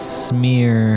smear